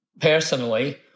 Personally